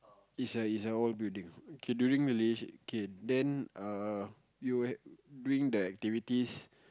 is a is a old building K during malaysia K then (err)you'll had during the activities